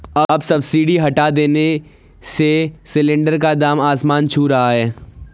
अब सब्सिडी हटा देने से सिलेंडर का दाम आसमान छू रहा है